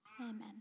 Amen